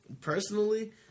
personally